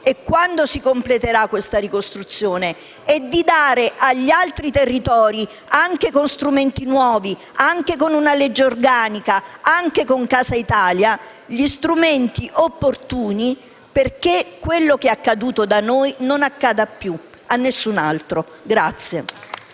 e quando si completerà questa ricostruzione, per dare poi agli altri territori, anche con una legge organica, anche con Casa Italia, gli strumenti opportuni affinché quello che è accaduto da noi non accada più a nessun altro.